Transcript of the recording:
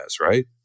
right